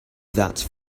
that